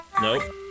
Nope